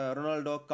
Ronaldo